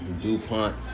DuPont